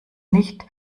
nicht